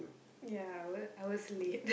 ya I w~ I was late